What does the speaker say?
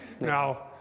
Now